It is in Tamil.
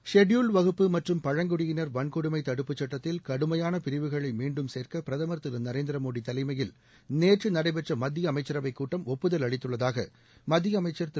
ஷெட்யூல்டு வகுப்பு மற்றும் பழங்குடியினர் வன்கொடுமை தடுப்புச் சட்டத்தில் கடுமையான பிரிவுகளை மீண்டும் சேர்க்க பிரதமர் திரு நரேந்திர மோடி தலைமையில் நேற்று நடைபெற்ற மத்திய அமைச்சரவைக் கூட்டம் ஒப்புதல் அளித்துள்ளதாக மத்திய அமைச்சர் திரு